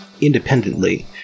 independently